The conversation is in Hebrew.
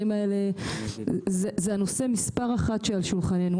זה נושא מספר אחד על שולחננו,